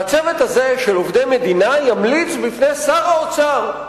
הצוות הזה של עובדי מדינה ימליץ בפני שר האוצר.